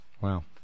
Wow